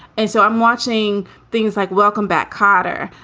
and so i'm watching things like welcome back, kotter.